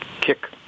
kick